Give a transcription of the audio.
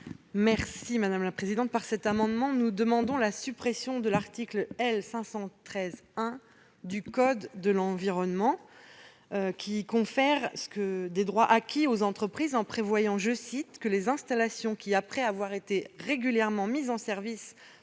Mme Céline Brulin. Par cet amendement, nous demandons la suppression de l'article L. 513-1 du code de l'environnement, qui confère des droits acquis aux entreprises en disposant que « les installations qui, après avoir été régulièrement mises en service,